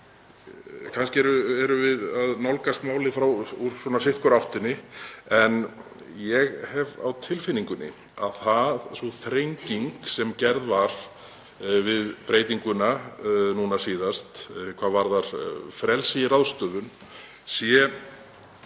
Kannski erum við að nálgast málið hvort úr sinni áttinni en ég hef á tilfinningunni að sú þrenging sem gerð var við breytinguna síðast, hvað varðar frelsi í ráðstöfun, að